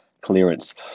clearance